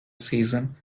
season